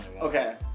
okay